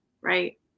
right